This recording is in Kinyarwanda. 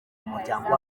umuryango